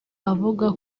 avuga